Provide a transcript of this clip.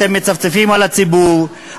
אתם מצפצפים על הציבור,